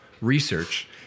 research